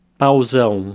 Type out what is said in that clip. pausão